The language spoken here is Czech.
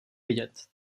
vidět